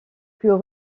plus